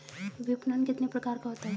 विपणन कितने प्रकार का होता है?